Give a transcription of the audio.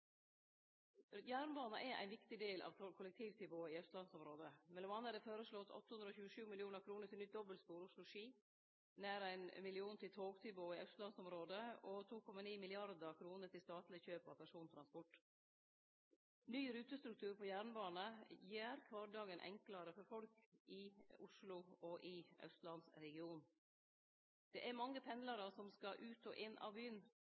Jernbana er ein viktig del av kollektivtilbodet i austlandsområdet. Det er m.a. føreslått 827. mill. kr til nytt dobbeltspor Oslo–Ski, nær ein million til togtilbodet i austlandsområdet, og 2,9 mrd. kr til statleg kjøp av persontransport. Ny rutestruktur på jernbane gjer kvardagen enklare for folk i Oslo og i austlandsregionen. Det er mange pendlarar som skal ut og inn av byen,